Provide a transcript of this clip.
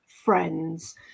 friends